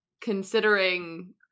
considering